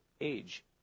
age